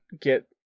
get